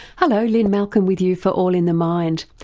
hello, lynne malcolm with you for all in the mind.